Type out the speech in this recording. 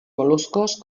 moluscos